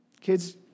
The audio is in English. Kids